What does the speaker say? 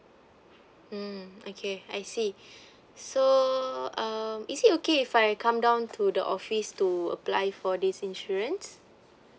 mm okay I see so um is it okay if I come down to the office to apply for this insurance